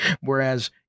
Whereas